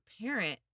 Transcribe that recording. parent